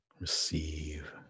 Receive